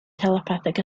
telepathic